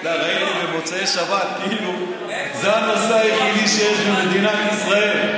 ראיתי במוצאי שבת כאילו זה הנושא היחידי שיש במדינת ישראל.